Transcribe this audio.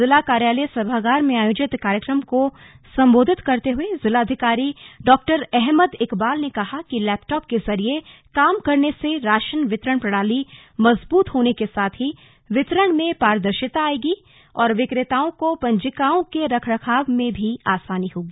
जिला कार्यालय सभागार में आयोजित कार्यक्रम को संबोधित करते हुए जिलाधिकारी डॉ अहमद इकबाल ने कहा कि लेपटॉप के जरिए काम करने से राशन वितरण प्रणाली मजबूत होने के साथ ही वितरण में पारदर्शिता आयेगी और विक्रेताओं को पंजिकाओं के रखरखाव में भी आसानी होगी